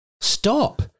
Stop